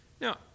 Now